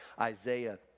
Isaiah